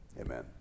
Amen